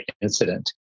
incident